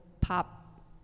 pop